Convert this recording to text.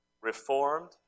Reformed